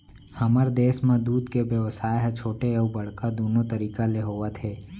हमर देस म दूद के बेवसाय ह छोटे अउ बड़का दुनो तरीका ले होवत हे